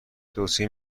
توصیه